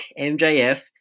MJF